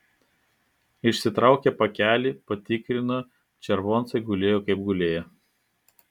išsitraukė pakelį patikrino červoncai gulėjo kaip gulėję